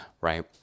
right